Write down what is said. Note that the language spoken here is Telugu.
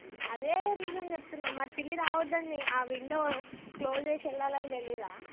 అదే రీజన్ చెప్తున్నావు మరి పిల్లి రావద్దంటే ఆ విండో క్లోజ్ చేసి వెళ్ళాలని తెలీదా